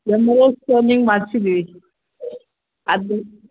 M R I scanning ಮಾಡ್ಸಿದೀವಿ ಅದು